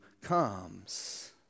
comes